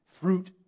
Fruit